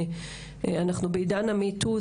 שאנחנו בעידן ה-me too,